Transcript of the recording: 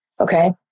Okay